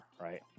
Right